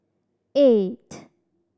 eight